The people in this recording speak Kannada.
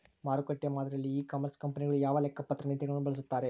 ಮಾರುಕಟ್ಟೆ ಮಾದರಿಯಲ್ಲಿ ಇ ಕಾಮರ್ಸ್ ಕಂಪನಿಗಳು ಯಾವ ಲೆಕ್ಕಪತ್ರ ನೇತಿಗಳನ್ನು ಬಳಸುತ್ತಾರೆ?